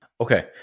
Okay